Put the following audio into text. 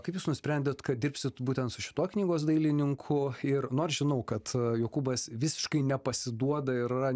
kaip jūs nusprendėt kad dirbsit būtent su šituo knygos dailininku ir nors žinau kad jokūbas visiškai nepasiduoda ir yra